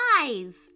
eyes